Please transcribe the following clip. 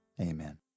Amen